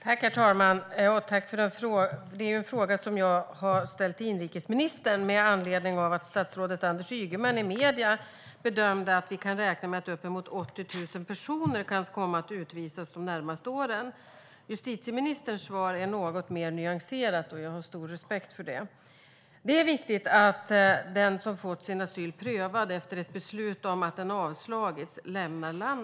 Herr talman! Jag tackar för svaret. Jag ställde frågan till inrikesministern med anledning av att statsrådet Anders Ygeman i medierna bedömde att vi kan räkna med att uppemot 80 000 personer kan komma att utvisas de närmaste åren. Justitieministerns svar är något mer nyanserat, och jag har stor respekt för det. Det är viktigt att den som fått sin asyl prövad lämnar landet efter beslut om att ansökan avslagits.